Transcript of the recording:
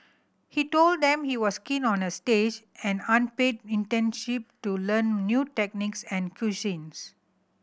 he told them he was keen on a stage an unpaid internship to learn new techniques and cuisines